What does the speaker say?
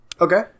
okay